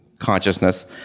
consciousness